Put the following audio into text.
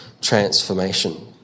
transformation